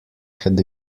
had